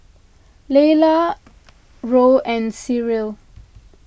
layla Roe and Cyril